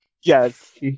yes